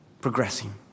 progressing